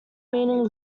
meaning